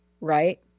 right